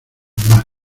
más